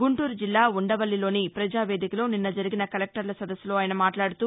గుంటూరు జిల్లా ఉండవల్లిలోని ప్రజావేదికలో నిన్న జరిగిన కలెక్షర్ల సదస్సులో ఆయన మాట్లాడుతూ